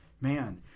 man